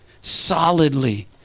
solidly